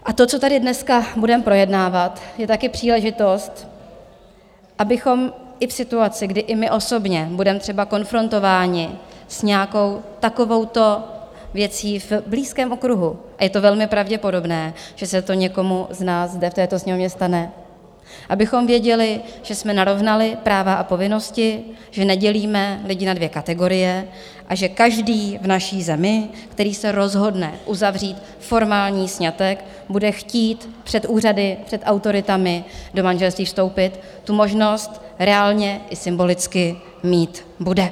A to, co tady dneska budeme projednávat, je taky příležitost, abychom i v situaci, kdy i my osobně budeme třeba konfrontováni s nějakou takovouto věcí v blízkém okruhu a je velmi pravděpodobné, že se to někomu z nás zde v této Sněmovně stane abychom věděli, že jsme narovnali práva a povinnosti, že nedělíme lidi na dvě kategorie a že každý v naší zemi, který se rozhodne uzavřít formální sňatek, bude chtít před úřady, před autoritami do manželství vstoupit, tu možnost reálně i symbolicky mít bude.